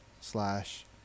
slash